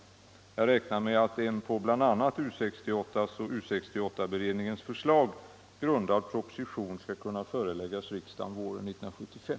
Jag räknar med att en på bl.a. U 68:s och U 68 beredningens förslag grundad proposition skall kunna föreläggas riksdagen våren 1975.